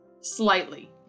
slightly